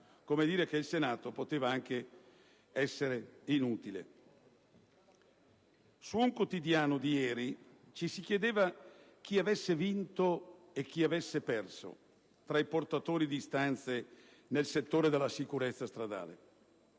come dire che il passaggio al Senato poteva anche essere inutile. Su un quotidiano di ieri ci si chiedeva chi avesse vinto e chi avesse perso tra i portatori di istanze nel settore della sicurezza stradale.